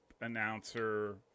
announcer